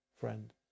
friend